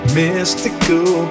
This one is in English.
mystical